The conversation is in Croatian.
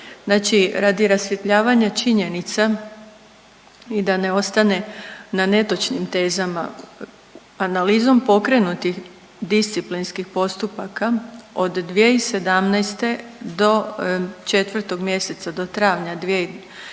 Znači radi rasvjetljavanja činjenica i da ne ostane na netočnim tezama, analizom pokrenutih disciplinskih postupaka od 2017. do 4. mjeseca do travnja 2023.